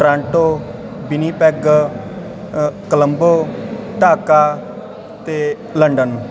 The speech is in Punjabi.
ਟੋਰਾਂਟੋ ਵਿਨੀਪੈਗ ਅ ਕਲੰਬੋ ਢਾਕਾ ਅਤੇ ਲੰਡਨ